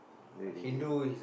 very dangerous